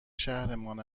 شهرمان